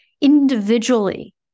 individually